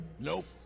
Nope